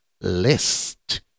list